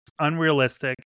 unrealistic